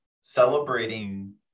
celebrating